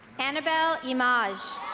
annabelle yimaj